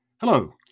Hello